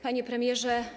Panie Premierze!